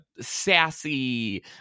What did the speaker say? sassy